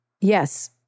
Yes